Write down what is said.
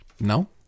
No